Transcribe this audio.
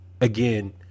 again